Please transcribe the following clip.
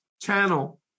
channel